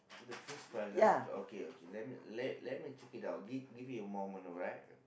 the first prize ah okay okay let me let let me check it out give give me a moment alright